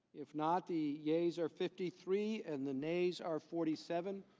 if not the yays are fifty three, and the nays r forty seven,